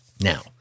Now